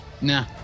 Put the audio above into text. Nah